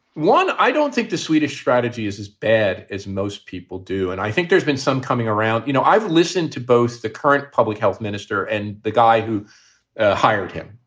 one, i don't think the swedish strategy is as bad as most people do, and i think there's been some coming around. you know, i've listened to both the current public health minister and the guy who ah hired him.